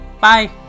bye